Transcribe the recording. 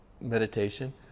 meditation